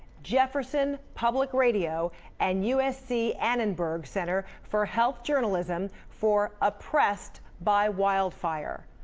jefferson public radio and usc annenberg center for health journalism for oppressed by wildfire.